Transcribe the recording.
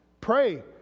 pray